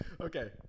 Okay